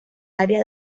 área